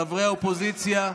חברי האופוזיציה,